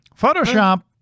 Photoshop